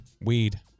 Weed